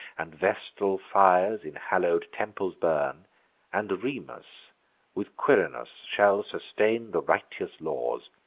and vestal fires in hallow'd temples burn and remus with quirinus shall sustain the righteous laws,